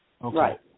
Right